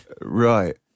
Right